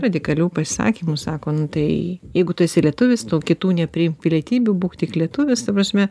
radikalių pasisakymų sako nu tai jeigu tu esi lietuvis tu kitų nepriimk pilietybių būk tik lietuvis ta prasme